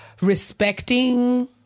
respecting